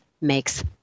makes